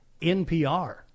NPR